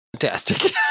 Fantastic